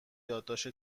یادداشت